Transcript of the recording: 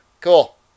cool